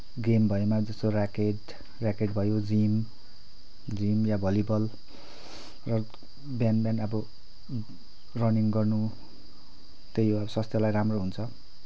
game भरिमा जस्तो racket racket भयो जिम जिम या भलिबल र बिहान बिहान अब रनिङ गर्नु त्यही हो अब स्वास्थ्यलाई राम्रो हुन्छ